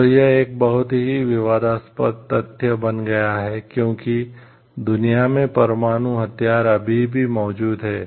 तो यह एक बहुत ही विवादास्पद तथ्य बन गया है क्योंकि दुनिया में परमाणु हथियार अभी भी मौजूद हैं